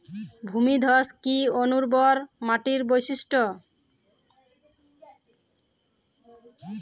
ভূমিধস কি অনুর্বর মাটির বৈশিষ্ট্য?